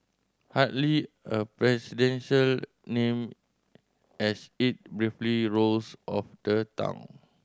hardly a presidential name as it briefly rolls off the tongue